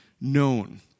known